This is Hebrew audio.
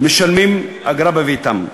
משלמים אגרה בביתם.